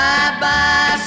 Bye-bye